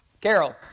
Carol